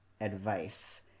advice